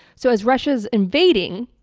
so as russia's invading,